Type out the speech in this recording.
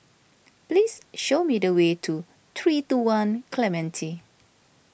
please show me the way to three two one Clementi